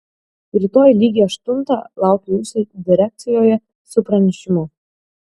rytoj lygiai aštuntą laukiu jūsų direkcijoje su pranešimu